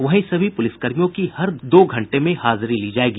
वहीं सभी पुलिसकर्मियों की हर दो घंटों में हाजिरी ली जायेगी